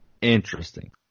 interesting